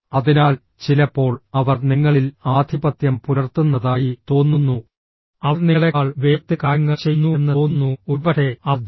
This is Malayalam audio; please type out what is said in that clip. അതിനാൽ ചിലപ്പോൾ അവർ നിങ്ങളിൽ ആധിപത്യം പുലർത്തുന്നതായി തോന്നുന്നു അവർ നിങ്ങളെക്കാൾ വേഗത്തിൽ കാര്യങ്ങൾ ചെയ്യുന്നുവെന്ന് തോന്നുന്നു ഒരുപക്ഷേ അവർ ജി